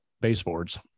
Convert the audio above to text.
baseboards